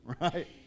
right